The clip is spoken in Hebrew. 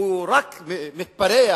הוא רק מתפרע.